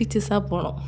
டீச்சர்ஸாக போனோம்